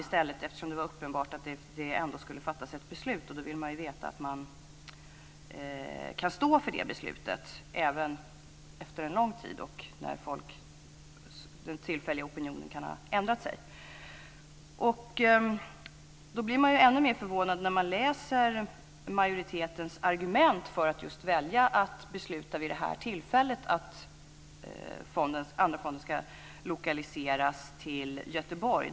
Det var uppenbart att det ändå skulle fattas ett beslut, och då vill man ju veta att man kan stå för det beslutet även efter en lång tid när den tillfälliga opinionen kan ha ändrat sig. Då blir man ännu mer förvånad när man läser majoritetens argument för att välja att vid det här tillfället besluta att Andra AP-fonden ska lokaliseras till Göteborg.